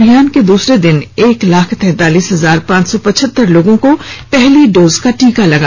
अभियान के दूसरे दिन एक लाख तैंतालीस हजार पांच सौ पचहत्तर लोगों को पहली डोज का टीका लगा